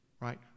right